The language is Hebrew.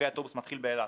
האוטובוס מתחיל באילת,